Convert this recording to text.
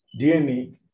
DNA